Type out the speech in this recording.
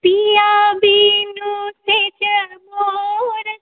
पिया बिनु सेज मोर